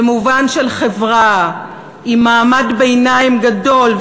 במובן של חברה עם מעמד ביניים גדול,